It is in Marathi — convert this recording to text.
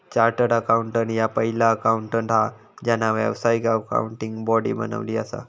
चार्टर्ड अकाउंटंट ह्या पहिला अकाउंटंट हा ज्यांना व्यावसायिक अकाउंटिंग बॉडी बनवली असा